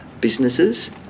businesses